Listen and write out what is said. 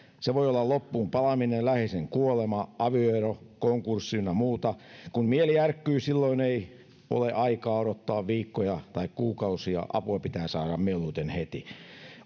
se voi olla loppuunpalaminen läheisen kuolema avioero konkurssi ynnä muuta kun mieli järkkyy silloin ei ole aikaa odottaa viikkoja tai kuukausia apua pitää saada mieluiten heti